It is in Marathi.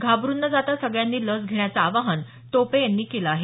घाबरुन न जाता सगळ्यांनी लस घेण्याचं आवाहन टोपे यांनी केलं आहे